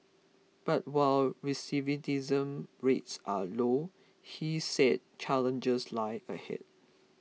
but while recidivism rates are low he said challenges lie ahead